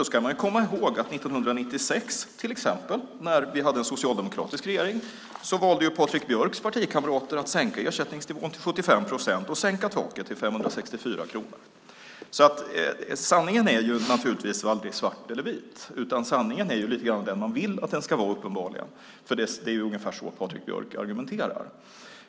Då ska man komma ihåg att 1996 till exempel, när vi hade en socialdemokratisk regering, valde Patrik Björcks partikamrater att sänka ersättningsnivån till 75 procent och sänka taket till 564 kronor. Sanningen är naturligtvis aldrig svart eller vit. Sanningen är lite grann den man vill att den ska vara, uppenbarligen, för det är ungefär så Patrik Björck argumenterar.